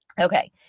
Okay